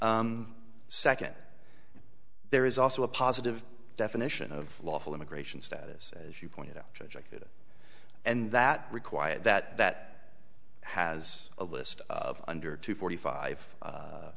second there is also a positive definition of lawful immigration status as you pointed out it and that require that that has a list of under two forty five